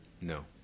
No